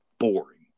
Boring